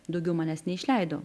daugiau manęs neišleido